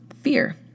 fear